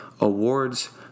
awards